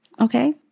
okay